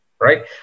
Right